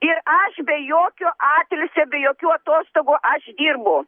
ir aš be jokio atilsio be jokių atostogų aš dirbu